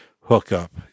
hookup